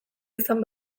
izan